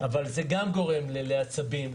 זה גם גורם לעצבים,